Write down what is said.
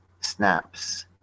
snaps